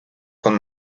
con